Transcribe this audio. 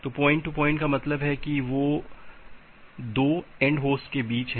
तो point to point का मतलब है कि वे 2 एंड होस्ट के बीच हैं